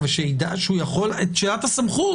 אבל שידע שהוא יכול את שאלת הסמכות,